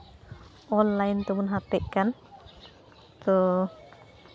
online ᱛᱮᱵᱚᱱ ᱦᱟᱛᱮᱜ ᱠᱟᱱ ᱛᱚ